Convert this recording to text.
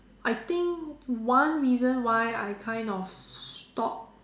I think one reason why I kind of stop